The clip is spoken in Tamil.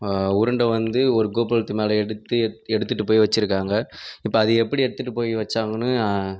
உருண்டை வந்து ஒரு கோபுரத்து மேல் எடுத்து எடுத்துட்டு போய் வச்சுருக்காங்க இப்போ அது எப்படி எடுத்துட்டு போய் வச்சாங்கன்னு